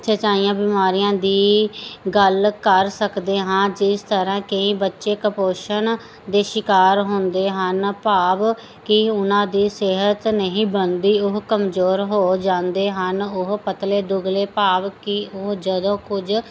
ਛਚਾਈਆ ਬਿਮਾਰੀਆਂ ਦੀ ਗੱਲ ਕਰ ਸਕਦੇ ਹਾਂ ਜਿਸ ਤਰ੍ਹਾਂ ਕਈ ਬੱਚੇ ਕਪੋਸ਼ਣ ਦੇ ਸ਼ਿਕਾਰ ਹੁੰਦੇ ਹਨ ਭਾਵ ਕਿ ਉਹਨਾਂ ਦੀ ਸਿਹਤ ਨਹੀਂ ਬਣਦੀ ਉਹ ਕਮਜ਼ੋਰ ਹੋ ਜਾਂਦੇ ਹਨ ਉਹ ਪਤਲੇ ਦੁਗਲੇ ਭਾਵ ਕਿ ਉਹ ਜਦੋਂ ਕੁਝ